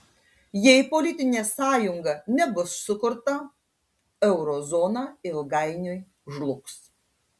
jei politinė sąjunga nebus sukurta euro zona ilgainiui žlugs